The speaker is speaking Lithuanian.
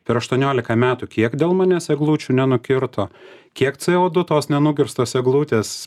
per aštuoniolika metų kiek dėl manęs eglučių nenukirto kiek co du tos nenukirstos eglutės